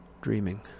dreaming